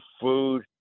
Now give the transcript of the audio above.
food